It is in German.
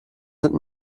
sind